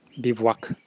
bivouac